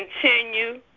continue